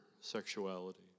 sexuality